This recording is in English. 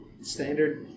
standard